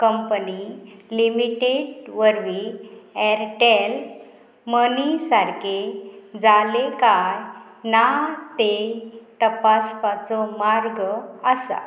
company limited वरवीं Airtel Money सारके जाले काय ना तें तपासपाचो मार्ग आसा